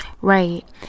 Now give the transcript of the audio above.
Right